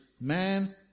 man